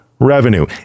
revenue